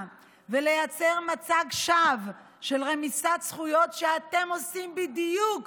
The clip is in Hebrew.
ולייצר מצג שווא של רמיסת זכויות כשאתם עושים בדיוק,